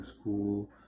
school